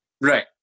Right